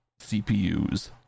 CPUs